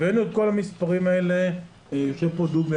הבאנו את כל המספרים האלה ויושב פה דובי